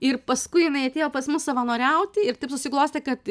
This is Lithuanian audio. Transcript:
ir paskui jinai atėjo pas mus savanoriauti ir taip susiklostė kad